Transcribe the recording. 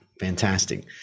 Fantastic